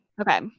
Okay